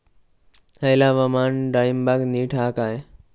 हयला हवामान डाळींबाक नीट हा काय?